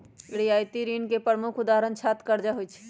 रियायती ऋण के प्रमुख उदाहरण छात्र करजा होइ छइ